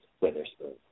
Witherspoon